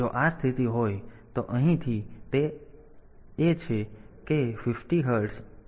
તો જો આ સ્થિતિ હોય તો અહીંથી અહીં આ તે છે કે 50 હર્ટ્ઝ આવર્તન જાળવવામાં આવશે